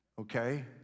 Okay